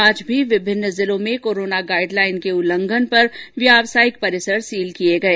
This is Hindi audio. आज भी विमिन्न जिलों में कोरोना गाइडलाइन के उल्लघंन पर व्यावसायिक परिसर सील किये गये